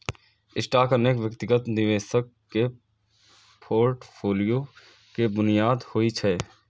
stock अनेक व्यक्तिगत निवेशक के फोर्टफोलियो के बुनियाद होइ छै